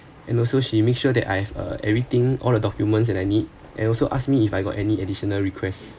and also she make sure that I have uh everything all the documents that I need and also ask me if I got any additional requests